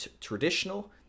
traditional